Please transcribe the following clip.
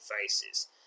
faces